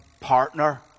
partner